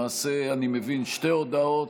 למעשה, אני מבין, שתי הודעות: